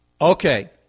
Okay